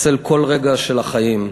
לנצל כל רגע של החיים.